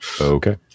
Okay